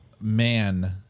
man